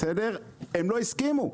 הם לא הסכימו.